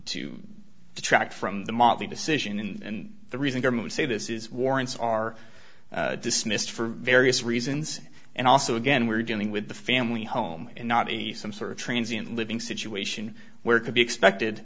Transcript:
to detract from the mob the decision and the reason government say this is warrants are dismissed for various reasons and also again we're dealing with the family home and not some sort of transients living situation where could be expected